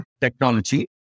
technology